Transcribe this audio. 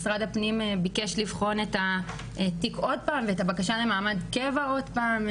משרד הפנים ביקש לבחון את התיק עוד פעם ואת הבקשה למעמד קבע עוד פעם.